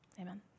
Amen